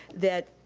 that,